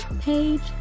Page